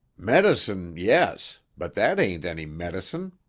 medicine, yes, but that ain't any medicine.